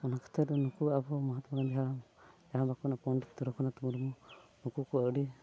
ᱚᱱᱟ ᱠᱷᱟᱹᱛᱤᱨ ᱱᱩᱠᱩ ᱟᱵᱚ ᱢᱚᱦᱟᱛᱢᱟ ᱜᱟᱱᱫᱷᱤ ᱦᱟᱲᱟᱢ ᱡᱟᱦᱟᱸᱭ ᱵᱟᱠᱚ ᱢᱮᱱᱟ ᱯᱚᱱᱰᱤᱛ ᱨᱚᱜᱷᱩᱱᱟᱛᱷ ᱢᱩᱨᱢᱩ ᱱᱩᱠᱩ ᱠᱚ ᱟᱹᱰᱤ